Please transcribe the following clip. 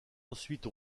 ensuite